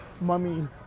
Mummy